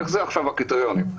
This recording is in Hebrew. איך עכשיו הקריטריונים?